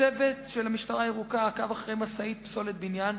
צוות של המשטרה הירוקה עקב אחר משאית פסולת בניין,